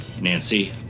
Nancy